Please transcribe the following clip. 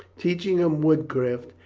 teaching him woodcraft,